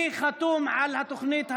אני חתום על התוכנית הזאת,